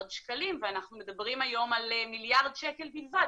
שקלים ואנחנו מדברים היום על מיליארד שקל בלבד.